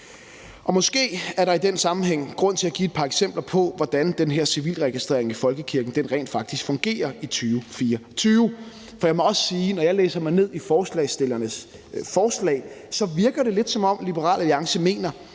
Måske er der i den sammenhæng grund til at give et par eksempler på, hvordan den her civilregistrering i folkekirken rent faktisk fungerer i 2024. For jeg må også sige, at når jeg læser mig ned i forslagsstillernes forslag, virker det lidt, som om Liberal Alliance mener,